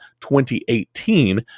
2018